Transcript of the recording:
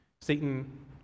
Satan